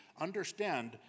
understand